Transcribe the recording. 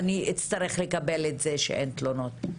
שאני אצטרך לקבל את זה שאין תלונות,